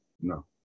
No